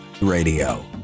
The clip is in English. Radio